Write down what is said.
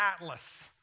atlas